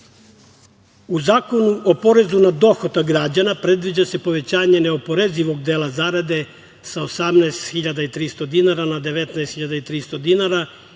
Zakonu o porezu na dohodak građana predviđa se povećanje neoporezivog dela zarade sa 18.300 dinara na 19.300 dinara